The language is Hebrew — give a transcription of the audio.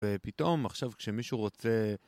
ופתאום עכשיו כשמישהו רוצה...